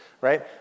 right